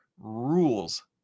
rules